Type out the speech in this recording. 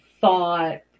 thought